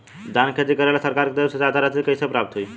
धान के खेती करेला सरकार के तरफ से सहायता राशि कइसे प्राप्त होइ?